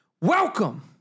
Welcome